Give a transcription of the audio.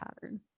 pattern